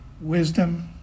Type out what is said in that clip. wisdom